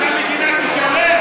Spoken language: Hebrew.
אז המדינה תשלם?